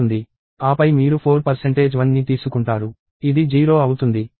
ఆపై మీరు 4 1 ని తీసుకుంటారు ఇది 0 అవుతుంది